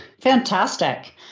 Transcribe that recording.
Fantastic